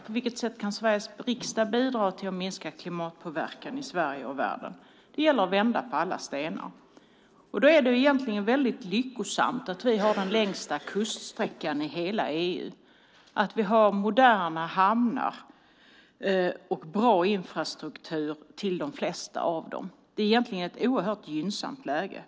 På vilket sätt kan Sveriges riksdag bidra till att minska klimatpåverkan i Sverige och världen? Det gäller att vända på alla stenar. Egentligen är det väldigt lyckosamt att vi har den längsta kuststräckan i hela EU och att vi har moderna hamnar och bra infrastruktur till de flesta av dem. Det är ett oerhört gynnsamt läge.